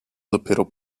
dopiero